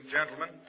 Gentlemen